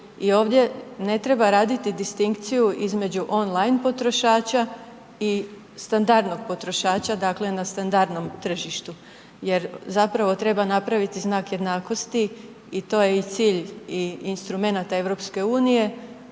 ovdje ne treba raditi distinkciju između on line potrošača i standardnog potrošača, dakle na standardnom tržištu, jer zapravo treba napraviti znak jednakosti i to je i cilj i instrumenata EU